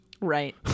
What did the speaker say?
Right